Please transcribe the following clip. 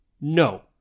no